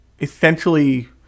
Essentially